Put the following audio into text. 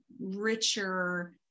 Richer